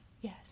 yes